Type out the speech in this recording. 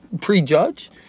prejudge